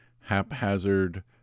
haphazard